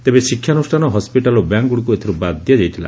ତେବେ ଶିକ୍ଷାନୁଷାନ ହସିଟାଲ ଓ ବ୍ୟାଙ୍କଗୁଡ଼ିକୁ ଏଥିରୁ ବାଦ୍ ଦିଆଯାଇଥିଲା